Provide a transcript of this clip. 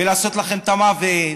ולעשות לכם את המוות